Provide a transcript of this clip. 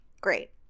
Great